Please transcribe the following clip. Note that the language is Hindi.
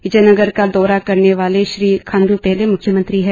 विजयनगर का दौरा करने वाले श्री खांड्र पहले म्ख्यमंत्री है